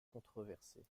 controversée